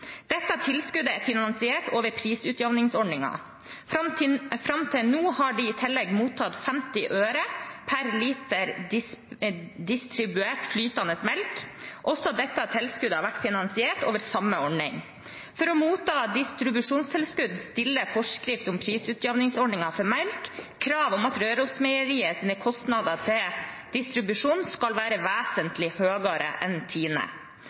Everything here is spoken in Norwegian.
Dette tilskuddet er finansiert over prisutjevningsordningen. Fram til nå har de i tillegg mottatt 50 øre per liter distribuert flytende melk. Også dette tilskuddet har vært finansiert over samme ordning. For å motta distribusjonstilskudd stiller forskrift om prisutjevningsordningen for melk krav om at Rørosmeieriets kostnader til distribusjon skal være vesentlig høyere enn